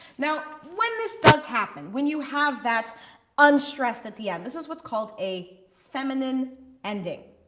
now, when this does happen, when you have that unstressed at the end, this is what's called a feminine ending.